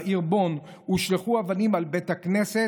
בעיר בון,